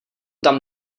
tam